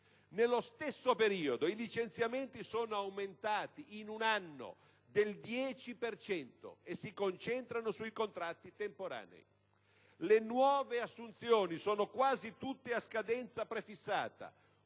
Nello stesso periodo, i licenziamenti sono aumentati in un anno del 10 per cento e si concentrano sui contratti temporanei. Le nuove assunzioni sono quasi tutte a scadenza prefissata.